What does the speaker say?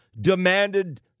demanded